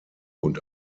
und